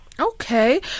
Okay